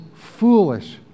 foolish